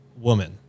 woman